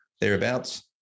thereabouts